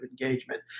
engagement